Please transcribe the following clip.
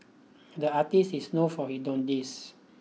the artist is known for he